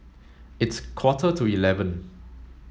its quarter to eleven